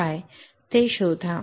sublimation म्हणजे काय ते शोधा